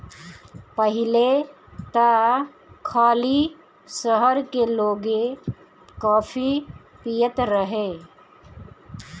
पहिले त खाली शहर के लोगे काफी पियत रहे